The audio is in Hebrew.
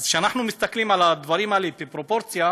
אז כשאנחנו מסתכלים על הדברים האלה בפרופורציה,